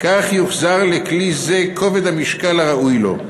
כך יוחזר לכלי זה כובד המשקל הראוי לו.